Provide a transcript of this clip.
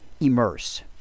immerse